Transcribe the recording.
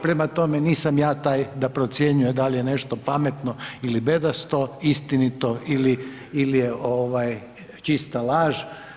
Prema tome, nisam ja taj da procjenjuje da li je nešto pametno ili bedasto, istinito ili je čista laž.